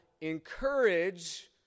encourage